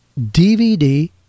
DVD